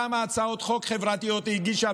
כמה הצעות חוק חברתיות היא הגישה,